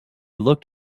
looked